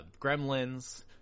Gremlins